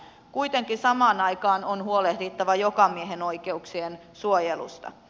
kuitenkin samaan aikaan on huolehdittava jokamiehenoikeuksien suojelusta